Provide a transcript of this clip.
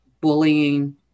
bullying